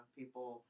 people